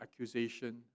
accusation